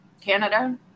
canada